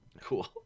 cool